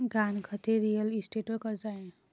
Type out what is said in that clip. गहाणखत हे रिअल इस्टेटवर कर्ज आहे